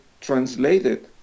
translated